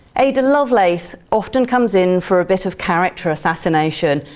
ada lovelace often comes in for a bit of character assassination,